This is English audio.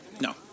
No